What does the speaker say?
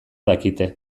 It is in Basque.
dakite